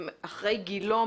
אחרי גילו,